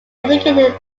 educated